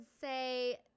say